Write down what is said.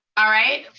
all right.